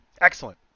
excellent